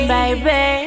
Baby